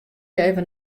efkes